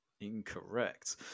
Incorrect